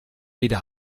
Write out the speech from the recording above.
wieder